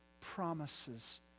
promises